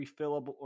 refillable